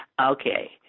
Okay